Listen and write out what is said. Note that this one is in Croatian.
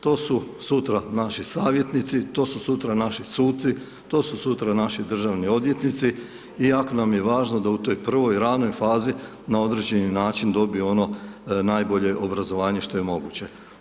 To su sutra naši savjetnici, to su sutra naši suci, to su sutra naši državni odvjetnici i jako nam je važno, da u toj prvoj, ranoj fazi, na određeni način, dobiju ono najbolje obrazovanje što je moguće.